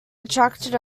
attracted